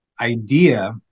idea